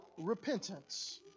repentance